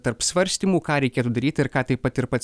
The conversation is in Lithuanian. tarp svarstymų ką reikėtų daryti ir ką taip pat ir pats